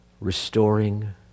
restoring